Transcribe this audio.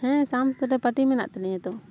ᱦᱮᱸ ᱥᱟᱢ ᱯᱩᱡᱟᱹ ᱯᱟᱨᱴᱤ ᱢᱮᱱᱟᱜ ᱛᱟᱞᱤᱧᱟ ᱛᱳ